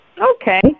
Okay